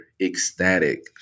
ecstatic